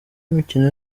imikino